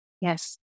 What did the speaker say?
Yes